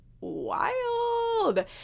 Wild